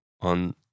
on